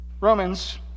Romans